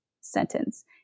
sentence